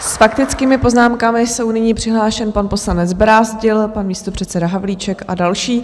S faktickými poznámkami jsou nyní přihlášeni pan poslanec Brázdil, pan místopředseda Havlíček a další.